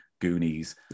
Goonies